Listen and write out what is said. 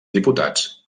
diputats